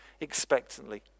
expectantly